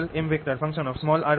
ds Mr